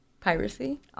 piracy